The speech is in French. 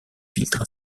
filtres